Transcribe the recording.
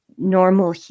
normal